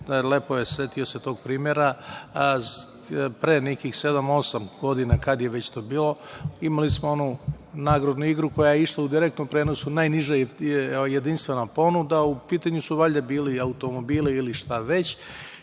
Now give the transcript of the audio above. lepo se setio tog primera, pre nekih sedam, osam godina, kada je to već bilo, imali smo onu nagradnu igru koja je išla u direktnom prenosu, najniža jedinstvena ponuda, u pitanju su valjda bili automobili, ili šta već